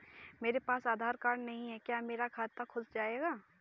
मेरे पास आधार कार्ड नहीं है क्या मेरा खाता खुल जाएगा?